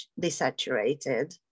desaturated